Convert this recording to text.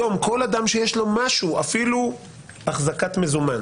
היום, כל אדם שיש לו משהו, אפילו אחזקת מזומן